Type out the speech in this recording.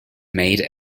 made